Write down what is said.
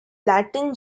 latin